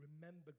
remember